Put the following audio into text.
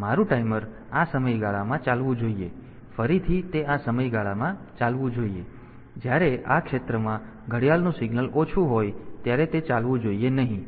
તેથી મારું ટાઈમર આ સમયગાળામાં ચાલવું જોઈએ અને ફરીથી તે આ સમયગાળામાં ચાલવું જોઈએ અને જ્યારે આ ક્ષેત્રમાં ઘડિયાળનું સિગ્નલ ઓછું હોય ત્યારે તે ચાલવું જોઈએ નહીં